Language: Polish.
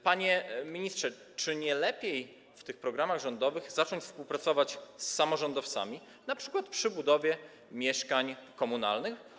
Panie ministrze, czy nie lepiej przy tych programach rządowych zacząć współpracować z samorządowcami, np. przy budowie mieszkań komunalnych?